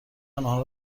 آنها